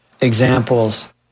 examples